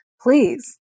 please